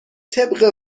طبق